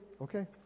okay